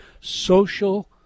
social